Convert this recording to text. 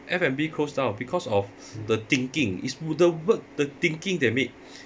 F and B close down because of the thinking is wouldn't work the thinking they make